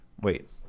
Wait